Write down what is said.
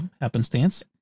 happenstance